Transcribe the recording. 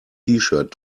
shirt